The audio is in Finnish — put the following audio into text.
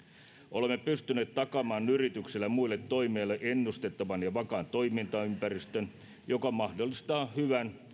olemme pystyneet takaamaan yrityksille ja muille toimijoille ennustettavan ja vakaan toimintaympäristön joka mahdollistaa hyvän